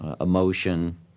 emotion